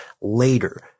later